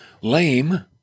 lame